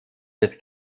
des